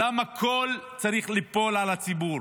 למה הכול צריך ליפול על הציבור?